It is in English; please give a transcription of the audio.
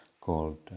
called